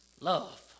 love